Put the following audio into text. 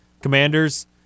Commanders